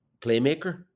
playmaker